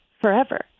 forever